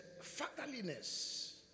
fatherliness